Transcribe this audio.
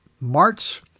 March